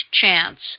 chance